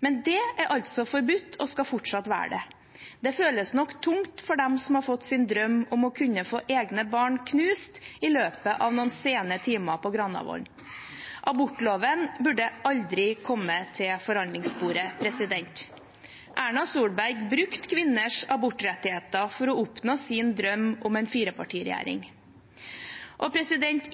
Men det er altså forbudt og skal fortsatt være det. Det føles nok tungt for dem som har fått sin drøm om å få egne barn knust i løpet av noen sene timer på Granavolden. Abortloven burde aldri kommet til forhandlingsbordet. Erna Solberg brukte kvinners abortrettigheter for å oppnå sin drøm om en firepartiregjering.